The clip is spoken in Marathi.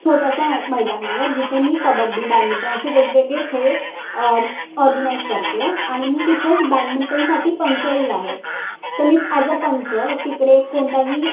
छोट्याशा मै मैदानावर जिते मी कबड्डी बॅडमिंटन असे वेगवेगळे खेळ ऑर्गनाइज करते आणि मी तिथेच बॅडमिंटनसाटी पंचही आहे तर मी ॲज अ पंच तिकडे कोणताही